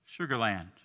Sugarland